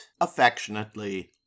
affectionately